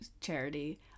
charity